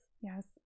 Yes